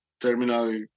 terminal